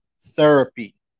therapy